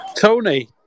Tony